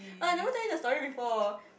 oh I never tell you the story before